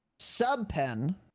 Subpen